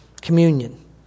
communion